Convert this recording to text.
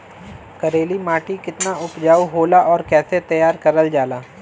करेली माटी कितना उपजाऊ होला और कैसे तैयार करल जाला?